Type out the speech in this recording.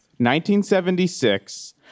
1976